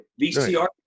VCR